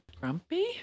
grumpy